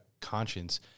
conscience